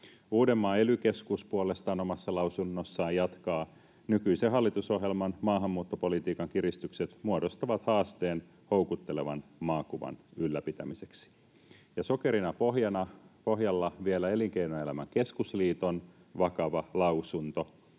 Uudenmaan ely-keskus puolestaan omassa lausunnossaan jatkaa: ”Nykyisen hallitusohjelman maahanmuuttopolitiikan kiristykset muodostavat haasteen houkuttelevan maakuvan ylläpitämiseksi.” Ja sokerina pohjalla on vielä Elinkeinoelämän keskusliiton vakava lausunto.